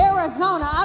Arizona